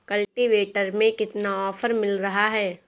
Cultivator में कितना offer मिल रहा है?